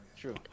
True